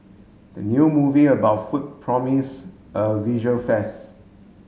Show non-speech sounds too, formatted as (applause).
the new movie about food promise a visual (unintelligible)